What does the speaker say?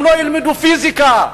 אם לא ילמדו פיזיקה,